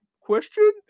question